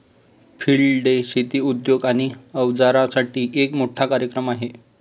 field day शेती उद्योग आणि अवजारांसाठी एक मोठा कार्यक्रम आहे